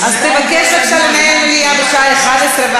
אז תבקש עכשיו מנהל מליאה בשעה 23:00,